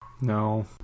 no